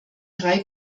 drei